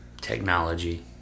Technology